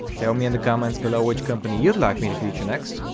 tell me in the comments below which company you'd like me to feature next,